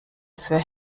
für